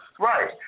Right